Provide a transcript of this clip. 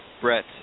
Brett